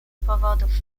powodów